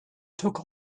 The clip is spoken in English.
took